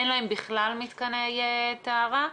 אין להם בכלל מתקני טהרה.